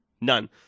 none